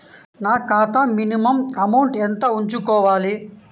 నా ఖాతా minimum amount ఎంత ఉంచుకోవాలి?